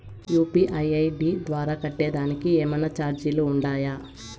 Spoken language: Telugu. యు.పి.ఐ ఐ.డి ద్వారా కట్టేదానికి ఏమన్నా చార్జీలు ఉండాయా?